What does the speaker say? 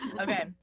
Okay